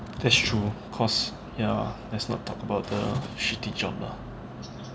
that's true because ya let's not talk about the shitty job lah